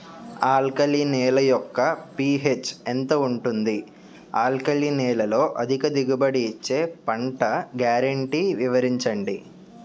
Alkali నేల యెక్క pH ఎంత ఉంటుంది? ఆల్కలి నేలలో అధిక దిగుబడి ఇచ్చే పంట గ్యారంటీ వివరించండి?